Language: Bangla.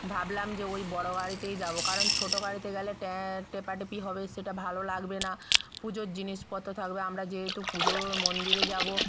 ভাবলাম যে ওই বড়ো গাড়িতেই যাব কারণ ছোটো গাড়িতে গেলে ট্যাঁ টেপাটেপি হবে সেটা ভালো লাগবে না পুজোর জিনিসপত্র থাকবে আমরা যেহেতু পুজোর মন্দিরে যাব